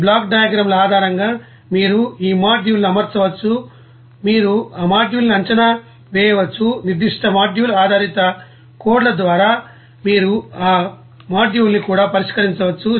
ఈ block diagram ఆధారంగా మీరు ఈ మాడ్యూల్ను అమర్చవచ్చు మీరు ఆ మాడ్యూల్ని అంచనా వేయవచ్చు నిర్దిష్ట మాడ్యూల్ ఆధారిత కోడ్ల ద్వారా మీరు ఆ మాడ్యూల్ని కూడా పరిష్కరించవచ్చు